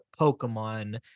Pokemon